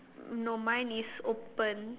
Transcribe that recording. no mine is open